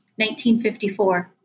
1954